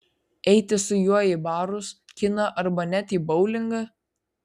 eiti su juo į barus kiną arba net į boulingą